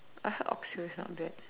I heard Oxhill is not bad